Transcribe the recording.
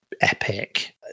epic